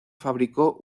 fabricó